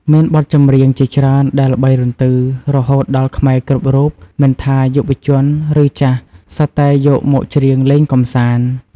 មានបទចម្រៀងជាច្រើនដែលល្បីរន្ទឺ រហូតដល់ខ្មែរគ្រប់រូប មិនថាយុវជន ឬចាស់ សុទ្ធតែយកមកច្រៀងលេងកម្សាន្ត។